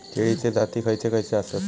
केळीचे जाती खयचे खयचे आसत?